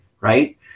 Right